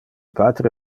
patre